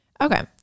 Okay